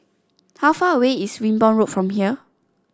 how far away is Wimborne Road from here